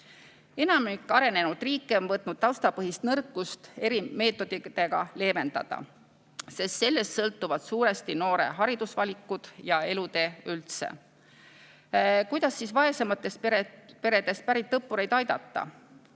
Enamik arenenud riike püüab taustapõhist nõrkust eri meetoditega leevendada, sest sellest sõltuvad suuresti noore haridusvalikud ja elutee üldse. Kuidas siis vaesematest peredest pärit õppureid aidata?